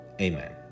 amen